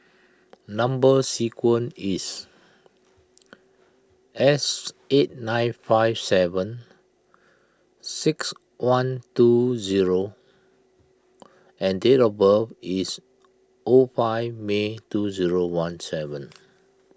Number Sequence is S eight nine five seven six one two zero and date of birth is O five May two zero one seven